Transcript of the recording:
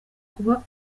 kuba